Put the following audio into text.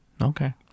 Okay